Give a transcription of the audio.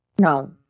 No